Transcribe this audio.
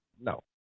No